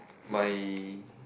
my